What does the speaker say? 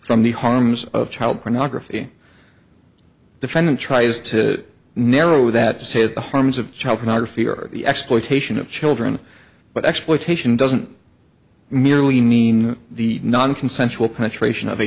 from the harms of child pornography the defendant tries to narrow that to say the harms of child pornography or the exploitation of children but exploitation doesn't merely mean the nonconsensual penetration of a